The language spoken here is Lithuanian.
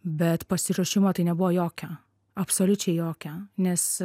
bet pasiruošimo tai nebuvo jokio absoliučiai jokio nes